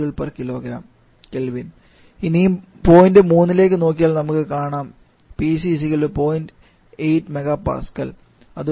94456 kJkgK ഇനിയും point മൂന്നിലേക്ക് നോക്കിയാൽ നമുക്ക് കാണാം PC 0